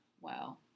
Wow